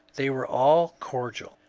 they were all cordial,